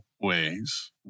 ways